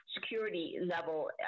security-level